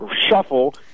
shuffle